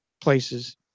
places